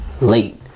late